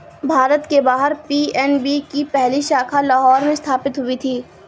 भारत के बाहर पी.एन.बी की पहली शाखा लाहौर में स्थापित हुई थी